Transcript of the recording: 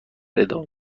ادامه